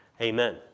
Amen